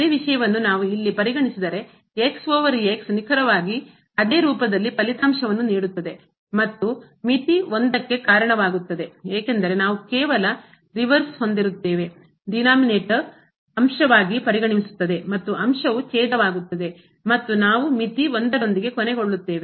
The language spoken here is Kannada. ಅದೇ ವಿಷಯವನ್ನು ನಾವು ಇಲ್ಲಿ ಪರಿಗಣಿಸಿದರೆ x ನಿಖರವಾಗಿ ಅದೇ ರೂಪದಲ್ಲಿ ಫಲಿತಾಂಶವನ್ನು ನೀಡುತ್ತದೆ ಮತ್ತು ಮಿತಿ 1 ಕ್ಕೆ ಕಾರಣವಾಗುತ್ತದೆ ಏಕೆಂದರೆ ನಾವು ಕೇವಲ ರಿವರ್ಸ್ ಹಿಮ್ಮುಖವನ್ನು ಹೊಂದಿರುತ್ತೇವೆ denominator ಛೇದವು ಅಂಶವಾಗಿ ಪರಿಣಮಿಸುತ್ತದೆ ಮತ್ತು ಅಂಶವು ಛೇದವಾಗುತ್ತದೆ ಮತ್ತು ನಾವು ಮಿತಿ 1 ರೊಂದಿಗೆ ಕೊನೆಗೊಳ್ಳುತ್ತೇವೆ